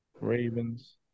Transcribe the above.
Ravens